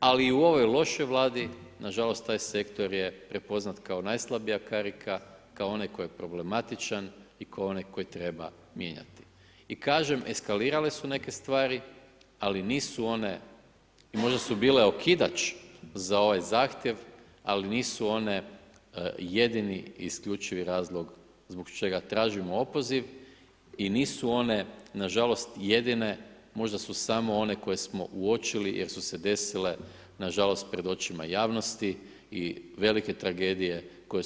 Ali u ovoj lošoj Vladi nažalost taj sektor je prepoznat kao najslabija, kao onaj tko je problematičan i kao onaj koji treba mijenjati i kažem, eskalirale su neke stvari ali nisu one, možda su bole okidač za ovaj zahtjev ali nisu one jedni i isključivi razlog zbog čega tražimo opoziv i nisu one nažalost jedine, možda su samo one koje smo uočili jer su se desile nažalost pred očima javnosti i velike tragedije kojoj